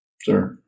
Sir